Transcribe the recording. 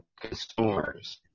consumers